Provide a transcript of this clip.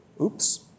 Oops